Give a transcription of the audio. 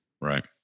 Right